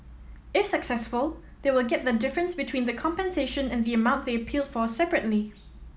if successful they will get the difference between the compensation and the amount they appealed for separately